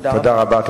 תודה רבה.